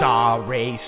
Sorry